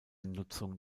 nutzung